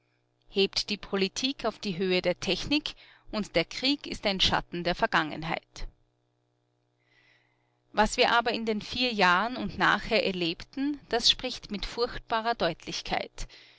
hebt die politik auf die höhe der technik und der krieg ist ein schatten der vergangenheit was wir aber in den vier jahren und nachher erlebten das spricht mit furchtbarer deutlichkeit